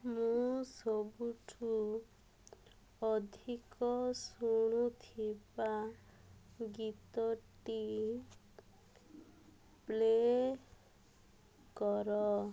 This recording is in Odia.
ମୁଁ ସବୁଠୁ ଅଧିକ ଶୁଣୁଥିବା ଗୀତଟି ପ୍ଲେ କର